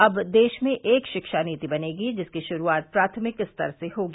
अब देश में एक शिक्षा नीति बनेगी जिसकी शुरूआत प्राथमिक स्तर से होगी